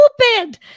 stupid